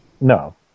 No